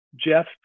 Jeff